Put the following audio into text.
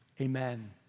Amen